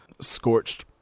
scorched